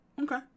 Okay